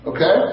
Okay